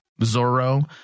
Zorro